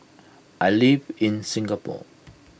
I live in Singapore